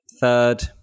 Third